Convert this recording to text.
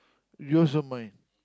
you also mine